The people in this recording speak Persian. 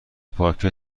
پاکه